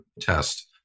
test